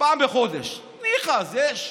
פעם בחודש, ניחא, אז יש.